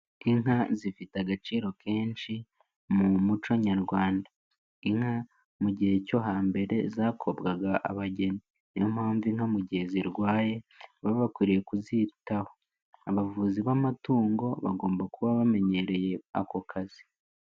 Inka zifite agaciro kenshi mu muco nyarwanda, inka mu gihe cyo hambere zakobwaga abageni, niyo mpamvu inka mu gihe zirwaye baba bakwiriye kuzitaho, abavuzi b'amatungo bagomba kuba bamenyereye ako kazi.